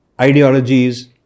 ideologies